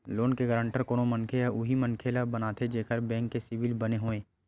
loan के guarantor कोनो मनखे ह उही मनखे ल बनाथे जेखर बेंक के सिविल बने होवय